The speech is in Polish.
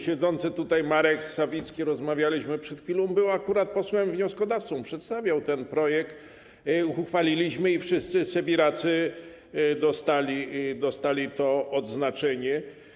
Siedzący tutaj Marek Sawicki - rozmawialiśmy przed chwilą - był akurat posłem wnioskodawcą, przedstawiał ten projekt, uchwaliliśmy to i wszyscy sybiracy dostali to odznaczenie.